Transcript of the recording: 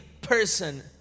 person